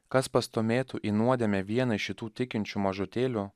kas pastūmėtų į nuodėmę vieną iš šitų tikinčių mažutėlių